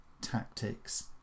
tactics